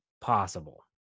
possible